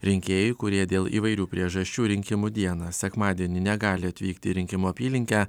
rinkėjai kurie dėl įvairių priežasčių rinkimų dieną sekmadienį negali atvykti į rinkimų apylinkę